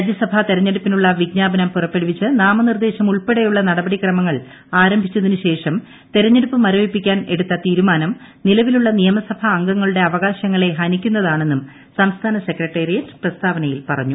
രാജ്യൂസഭാ തെരഞ്ഞെടുപ്പിനുള്ള വിജ്ഞാപനം പുറപ്പെടുവിച്ച് നാമനിർദ്ദേശം ഉൾപ്പെടെയുള്ള നടപടി ക്രമങ്ങൾ ആരംഭിച്ചതിനുശേഷം തെരഞ്ഞെടുപ്പ് മരവിപ്പിക്കാൻ എടുത്ത തീരുമാനം നിലവിലുള്ള നിയമസഭാ അംഗങ്ങളുടെ അവകാശങ്ങളെ ഹനിക്കുന്നതാണെന്നും സംസ്ഥാന സെക്രട്ടേറിയറ്റ് പ്രസ്താവനയിൽ പറഞ്ഞു